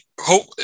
hope